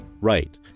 right